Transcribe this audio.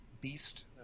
beast